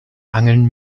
angeln